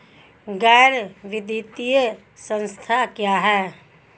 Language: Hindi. गैर वित्तीय संस्था क्या है?